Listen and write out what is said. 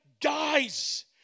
dies